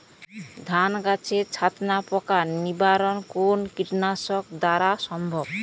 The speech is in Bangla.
ধান গাছের ছাতনা পোকার নিবারণ কোন কীটনাশক দ্বারা সম্ভব?